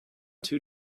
two